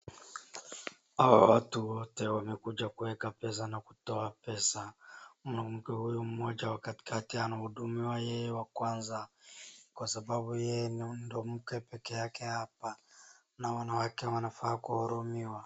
Hawa watu wote wamekuja kuweka pesa na kutoa pesa, mwanamke huyu mmoja wa katikati anahudumiwa yeye wa kwanza kwa sababu yeye ni mwanamke yeye peke yake hapa na wanawake wanafaa kuwahurumiwa.